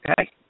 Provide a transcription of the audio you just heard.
okay